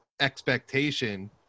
expectation